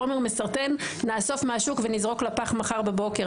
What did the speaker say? חומר מסרטן נאסוף מהשוק ונזרוק לפח מחר בבוקר.